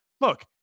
look